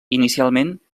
inicialment